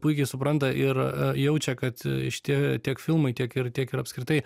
puikiai supranta ir jaučia kad šitie tiek filmai tiek ir tiek ir apskritai